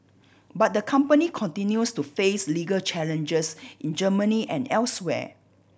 but the company continues to face legal challenges in Germany and elsewhere